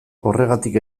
horregatik